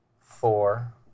four